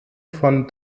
von